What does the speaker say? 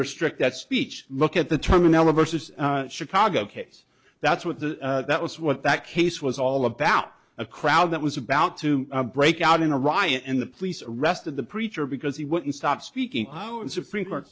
restrict that speech look at the terminal of a chicago case that's what the that was what that case was all about a crowd that was about to break out in a riot and the police arrested the preacher because he wouldn't stop speaking on how the supreme court